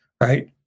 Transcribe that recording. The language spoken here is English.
right